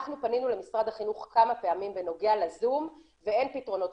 אנחנו פנינו למשרד החינוך כמה פעמים בנוגע לזום ואין פתרונות.